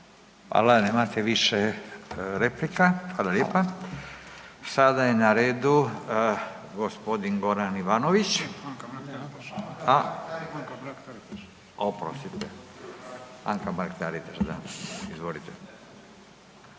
Hvala. Nemate više replika. Hvala lijepa. Sada je na redu gospodin Goran Ivanović, a oprostite, Anka Mrak Taritaš da, izvolite.